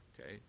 Okay